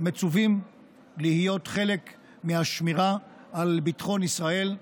מצווים להיות חלק מהשמירה על ביטחון ישראל.